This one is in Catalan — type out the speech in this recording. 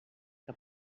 que